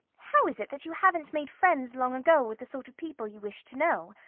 how is it that you haven't made friends long ago with the sort of people you wish to know?